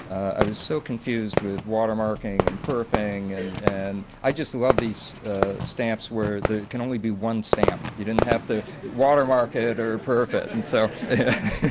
i was so confused with watermarking and perfing and i just love these stamps where there can only be one stamp. you didn't have the watermark it or perf it. and so